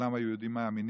שכולם היו יהודים מאמינים,